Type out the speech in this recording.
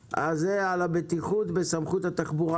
הבטיחות בסמכות התחבורה.